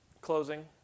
closing